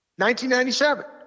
1997